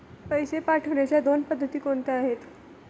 पैसे पाठवण्याच्या दोन पद्धती कोणत्या आहेत?